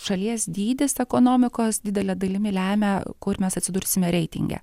šalies dydis ekonomikos didele dalimi lemia kur mes atsidursime reitinge